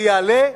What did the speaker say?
זה יעלה,